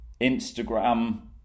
Instagram